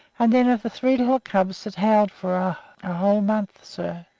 and then of the three little cubs that howled for her a whole month, sir,